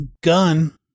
gun